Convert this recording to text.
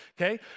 okay